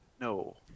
no